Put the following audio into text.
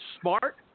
smart